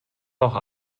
noch